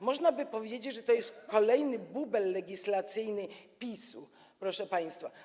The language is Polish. Można by powiedzieć, że to jest kolejny bubel legislacyjny PiS, proszę państwa.